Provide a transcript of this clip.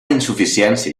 insuficiència